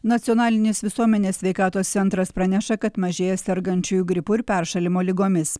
nacionalinės visuomenės sveikatos centras praneša kad mažėja sergančiųjų gripu ir peršalimo ligomis